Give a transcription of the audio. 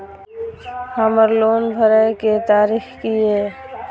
हमर लोन भरय के तारीख की ये?